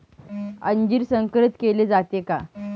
अंजीर संकरित केले जाते का?